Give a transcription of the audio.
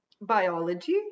biology